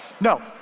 no